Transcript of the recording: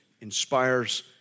inspires